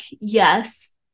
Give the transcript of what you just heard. yes